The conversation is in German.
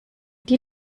die